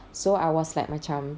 so I was like macam